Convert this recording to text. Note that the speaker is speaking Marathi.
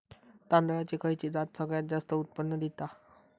तांदळाची खयची जात सगळयात जास्त उत्पन्न दिता?